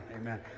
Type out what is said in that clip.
amen